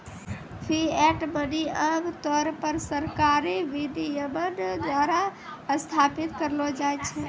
fiat money आम तौर पर सरकारी विनियमन द्वारा स्थापित करलो जाय छै